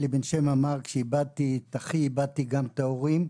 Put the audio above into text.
אלי בן שם אמר שכשהוא איבד את אחיו הוא איבד גם את ההורים,